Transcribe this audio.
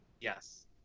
yes